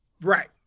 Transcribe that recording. Right